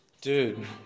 Dude